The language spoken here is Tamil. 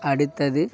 அடுத்தது